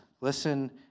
Listen